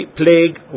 plague